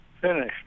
finished